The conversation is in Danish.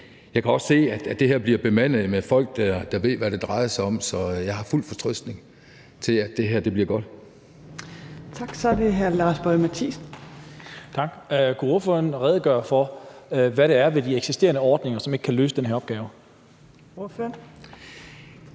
Jeg kan også se, at det her bliver bemandet med folk, der ved, hvad det drejer sig om, så jeg har fuld fortrøstning til, at det her bliver godt.